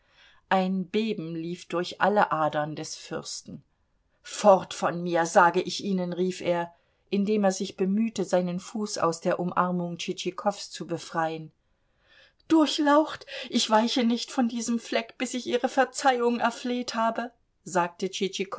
ein beben lief durch alle adern des fürsten fort von mir sage ich ihnen rief er indem er sich bemühte seinen fuß aus der umarmung tschitschikows zu befreien durchlaucht ich weiche nicht von diesem fleck bis ich ihre verzeihung erfleht habe sagte